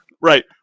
right